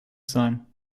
sein